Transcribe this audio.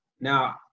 now